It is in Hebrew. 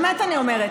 באמת אני אומרת,